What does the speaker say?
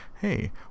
hey